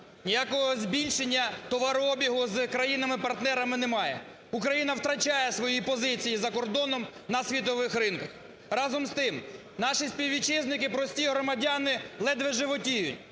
Ніякого збільшення товарообігу з країнами-партнерами немає, Україна втрачає свої позиції за кордоном на світових ринках. Разом з тим, наші співвітчизники прості громадяни ледве животіють,